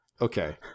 Okay